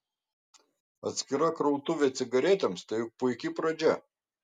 atskira krautuvė cigaretėms tai juk puiki pradžia